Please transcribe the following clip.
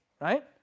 right